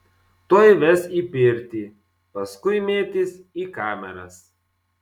tuoj ves į pirtį paskui mėtys į kameras